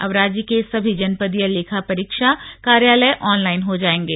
अब राज्य के सभी जनपदीय लेखा परीक्षा कार्यालय ऑनलाइन हो जाएंगे